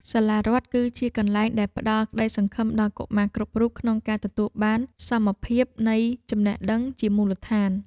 សាលារដ្ឋគឺជាកន្លែងដែលផ្តល់ក្តីសង្ឃឹមដល់កុមារគ្រប់រូបក្នុងការទទួលបានសមភាពនៃចំណេះដឹងជាមូលដ្ឋាន។